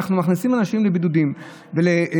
אנחנו מכניסים אנשים לבידודים ולצעדים